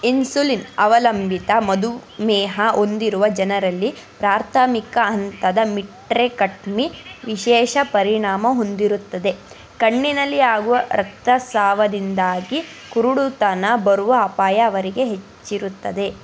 insulin ಅವಲಂಬಿತ ಮಧುಮೇಹ ಹೊಂದಿರುವ ಜನರಲ್ಲಿ ಪ್ರಾಥಮಿಕ ಹಂತದ ಮಿಟ್ರೆಕಟ್ಮಿ ವಿಶೇಷ ಪರಿಣಾಮ ಹೊಂದಿರುತ್ತದೆ ಕಣ್ಣಿನಲ್ಲಿ ಆಗುವ ರಕ್ತಸ್ರಾವದಿಂದಾಗಿ ಕುರುಡುತನ ಬರುವ ಅಪಾಯ ಅವರಿಗೆ ಹೆಚ್ಚಿರುತ್ತದೆ